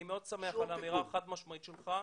אני מאוד שמח על האמירה החד משמעית שלך.